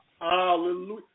Hallelujah